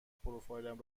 پروفایلم